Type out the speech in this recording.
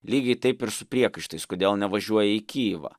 lygiai taip ir su priekaištais kodėl nevažiuoja į kijevą